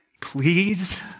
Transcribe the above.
Please